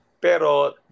Pero